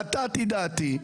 נתתי דעתי,